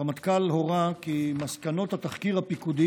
הרמטכ"ל הורה כי מסקנות התחקיר הפיקודי